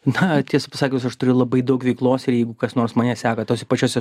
na tiesą pasakius aš turiu labai daug veiklos ir jeigu kas nors mane seka tuose pačiuose